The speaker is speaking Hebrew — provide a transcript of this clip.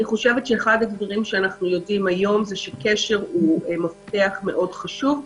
אחד הדברים שאנחנו יודעים היום הוא שקשר הוא מפתח מאד חשוב.